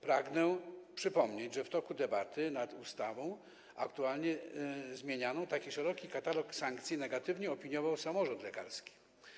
Pragnę przypomnieć, że w toku debaty nad ustawą aktualnie zmienianą taki szeroki katalog sankcji negatywnie opiniował samorząd lekarski.